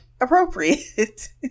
appropriate